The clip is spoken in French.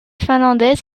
finlandaise